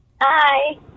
Hi